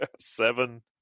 Seven